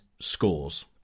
scores